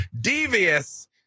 devious